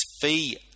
fee